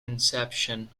inception